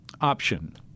option